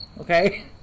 okay